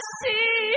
see